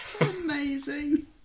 Amazing